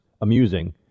amusing